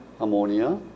ammonia